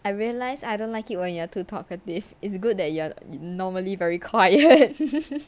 I realised I don't like it when you're too talkative it's good that you are normally very quiet